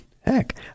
heck